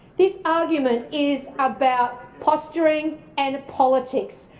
this argument is about posturing and politics.